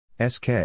SK